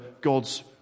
God's